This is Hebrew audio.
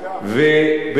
בהחלט.